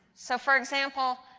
so for example,